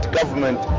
government